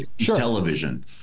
television